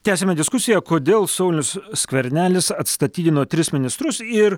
tęsiame diskusiją kodėl saulius skvernelis atstatydino tris ministrus ir